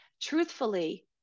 Truthfully